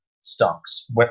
stocks